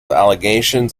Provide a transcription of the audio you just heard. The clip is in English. allegations